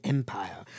Empire